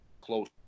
close